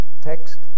text